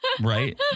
right